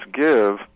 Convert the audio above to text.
give